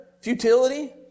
futility